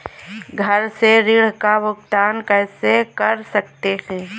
घर से ऋण का भुगतान कैसे कर सकते हैं?